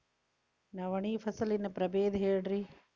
ನವಣಿ ಫಸಲಿನ ಪ್ರಭೇದ ಹೇಳಿರಿ